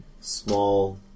small